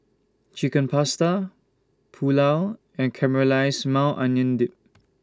Chicken Pasta Pulao and Caramelized Maui Onion Dip